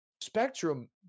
spectrum